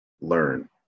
learn